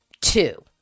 Two